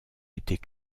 était